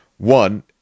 One